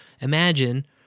imagine